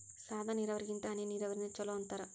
ಸಾದ ನೀರಾವರಿಗಿಂತ ಹನಿ ನೀರಾವರಿನ ಚಲೋ ಅಂತಾರ